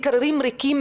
מקררים ריקים,